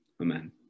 Amen